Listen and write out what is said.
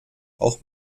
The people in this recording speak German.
auch